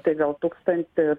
tai gal tūkstantį